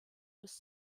bis